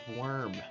worm